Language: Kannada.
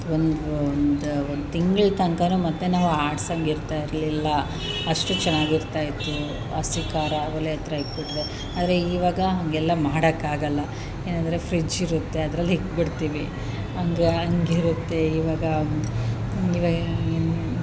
ಒಂದು ಒಂದು ಒಂದು ತಿಂಗ್ಳು ತನಕನೂ ಮತ್ತೆ ನಾವು ಆಡ್ಸೋಂಗೆ ಇರ್ತಾಯಿರಲಿಲ್ಲ ಅಷ್ಟು ಚೆನ್ನಾಗಿರ್ತಾಯಿತ್ತು ಹಸಿ ಖಾರ ಒಲೆ ಹತ್ರ ಇಟ್ಬಿಟ್ರೆ ಆದರೆ ಇವಾಗ ಹಂಗೆಲ್ಲ ಮಾಡೋಕ್ಕಾಗಲ್ಲ ಏನೆಂದ್ರೆ ಫ್ರಿಡ್ಜ್ ಇರುತ್ತೆ ಅದರಲ್ಲಿ ಇಟ್ಬಿಡ್ತೀವಿ ಹಂಗೆ ಹಂಗಿರುತ್ತೆ ಇವಾಗ ಇವಾಗ ಏನು